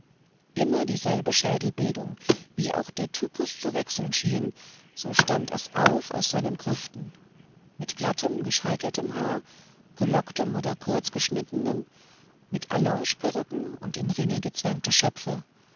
immer dieselbe schädelbildung wie auch der typus zu wechseln schien so stand es auf aus seinen grüften mit glattem gescheiteltem haar gelocktem und kurz geschnittenem mit allongeperücken und in ringe gezwängten